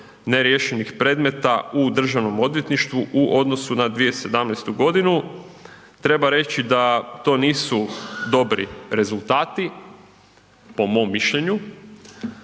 neriješenih predmeta u državnom odvjetništvu u odnosu na 2017. godinu, treba reći da to nisu dobri rezultati po mom mišljenju,